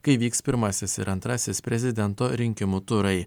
kai vyks pirmasis ir antrasis prezidento rinkimų turai